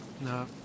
No